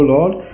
Lord